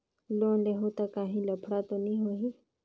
Loan लेहूं ता काहीं लफड़ा तो नी होहि?